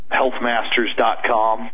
healthmasters.com